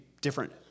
different